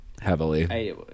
Heavily